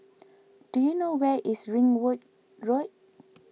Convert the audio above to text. do you know where is Ringwood Road